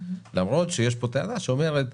למרות שיש פה טענה שאומרת: